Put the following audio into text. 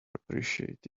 appreciated